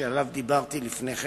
שעליו דיברתי לפני כן,